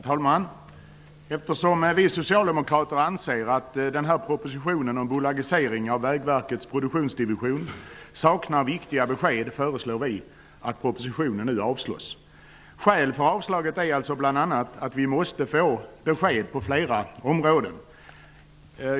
Herr talman! Eftersom vi socialdemokrater anser att propositionen om bolagisering av Vägverkets produktionsdivision saknar viktiga besked föreslår vi att propositionen avslås. Skälet för avslaget är alltså bl.a. att vi måste få besked på fler områden.